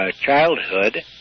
childhood